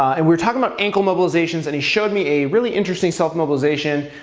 and we were talking about ankle mobilizations, and he showed me a really interesting self mobilization.